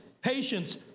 patience